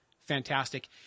Fantastic